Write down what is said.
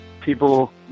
people